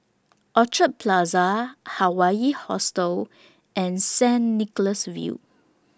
Orchid Plaza Hawaii Hostel and Saint Nicholas View